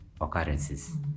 occurrences